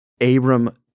Abram